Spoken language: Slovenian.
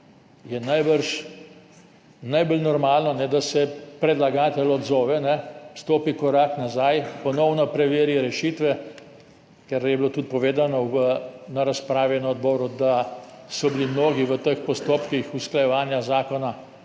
najbolj normalno, da se predlagatelj odzove, stopi korak nazaj, ponovno preveri rešitve. Ker je bilo tudi povedano na razpravi na odboru, da so bili mnogi v teh postopkih usklajevanja zakona